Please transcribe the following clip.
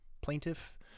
plaintiff